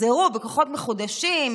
יחזרו בכוחות מחודשים,